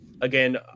again